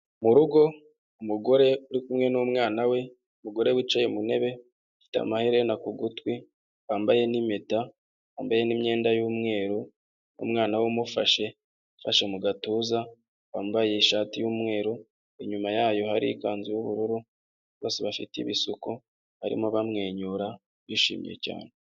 Mu rugo umugore uri kumwe n'umwana we ,umugore wicaye mu ntebe afite amaherena ku gutwi, yambaye n'impeta yambaye n'iyenda y'umweru, umwana wamuafashe mu gatuza, wambaye ishati y'mweru, inyuma yayo hari ikanzu yubururu bose bafite ibisuko barimo bamwenyura bishimye cyane.